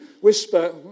whisper